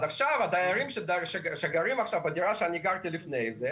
עכשיו הדיירים שגרים בדירה בה גרתי לפני כן,